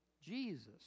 Jesus